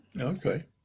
okay